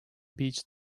beach